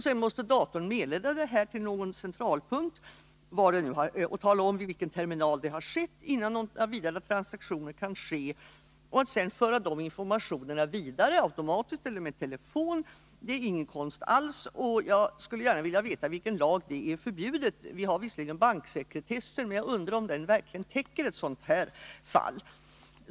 Sedan måste datorn meddela detta till någon centralpunkt och tala om vid vilken terminal det har skett, innan några vidare transaktioner kan ske. Att därefter föra dessa informationer vidare, automatiskt eller via telefon, är ingen konst alls. Jag skulle gärna vilja veta om detta är förbjudet i någon lag. Vi har visserligen banksekretessen, men jag undrar om den verkligen täcker ett sådant här fall.